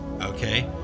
Okay